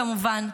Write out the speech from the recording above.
כמובן,